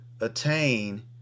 attain